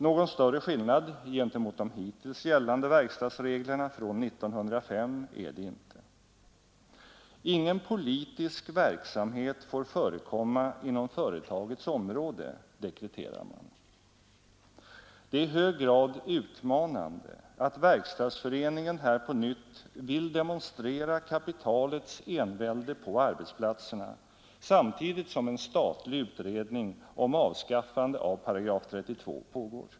Någon större skillnad gentemot de hittills gällande verkstadsreglerna från 1905 är det inte. Ingen politisk verksamhet får förekomma inom företagets område, dekreterar man. Det är i hög grad utmanande att Verkstadsföreningen här på nytt vill demonstrera kapitalets envälde på arbetsplatserna samtidigt som en statlig utredning om avskaffande av § 32 pågår.